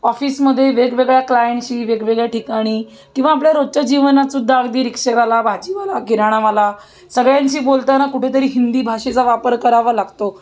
ऑफिसमध्ये वेगवेगळ्या क्लायंटशी वेगवेगळ्या ठिकाणी किंवा आपल्या रोजच्या जीवनातसुद्धा अगदी रिक्सेवाला भाजीवाला किराणावाला सगळ्यांशी बोलताना कुठेतरी हिंदी भाषेचा वापर करावा लागतो